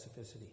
specificity